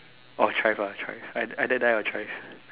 or thrive ah thrive either die or thrive